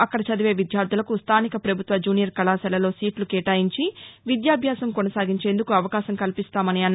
అక్కడ చదివే విద్యార్దులకు స్దానిక పభుత్వ జూనియర్ కళాశాలలో సీట్లు కేటాయించి విద్యాభ్యాసం కొనసాగించేందుకు అవకాశం కల్పిస్తామని అన్నారు